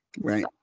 right